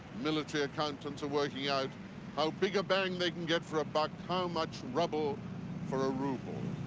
military accountants are working out how big a bang they can get for a buck, how much rubble for a ruble.